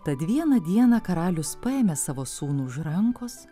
tad vieną dieną karalius paėmė savo sūnų už rankos